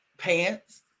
pants